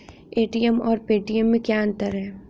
ATM और Paytm में क्या अंतर है?